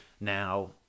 now